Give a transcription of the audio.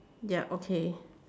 ya okay